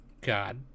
God